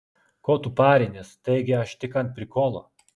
ko tu parinies taigi aš tik ant prikolo